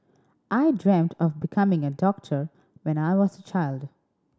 I dreamt of becoming a doctor when I was a child